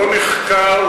לא נחקר,